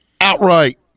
outright